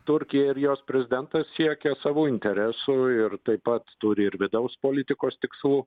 turkija ir jos prezidentas siekia savų interesų ir taip pat turi ir vidaus politikos tikslų